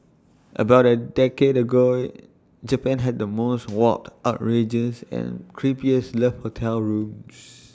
about A decade ago Japan had the most warped outrageous and creepiest love hotel rooms